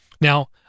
Now